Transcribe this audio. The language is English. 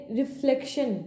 reflection